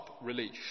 relief